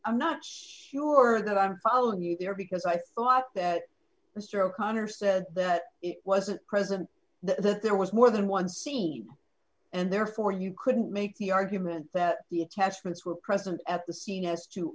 i'm not sure that i'm following you there because i thought that mr o'connor says that it wasn't present the there was more than one scene and therefore you couldn't make the argument that the attachments were present at the scene as to